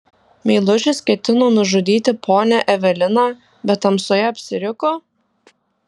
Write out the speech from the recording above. meilužis ketino nužudyti ponią eveliną bet tamsoje apsiriko